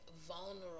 vulnerable